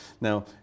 Now